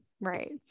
Right